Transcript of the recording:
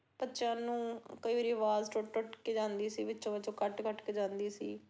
ਬੱਚਿਆਂ ਨੂੰ ਕਈ ਵਾਰੀ ਆਵਾਜ਼ ਟੁੱਟ ਟੁੱਟ ਕੇ ਜਾਂਦੀ ਸੀ ਵਿੱਚੋਂ ਵਿੱਚੋਂ ਕੱਟ ਕੱਟ ਕੇ ਜਾਂਦੀ ਸੀ